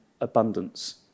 abundance